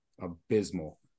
abysmal